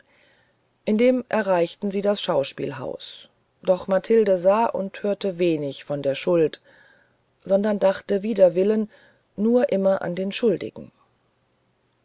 indem erreichten sie das schauspielhaus doch mathilde sah und hörte wenig von der schuld sondern dachte wider willen nur immer an den schuldigen